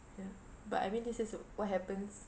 ya but I mean this is what happens